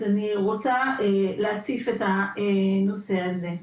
אני רק רוצה להציף את הנושא הזה.